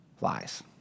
lies